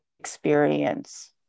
experience